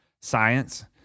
science